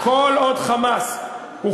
כל עוד "חמאס" תגיד לי,